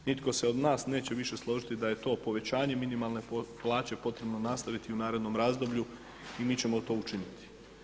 Nitko se od nas neće više složiti da je to povećanje minimalne plaće potrebno nastaviti i u narednom razdoblju i mi ćemo to učiniti.